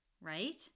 right